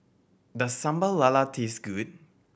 does Sambal Lala taste good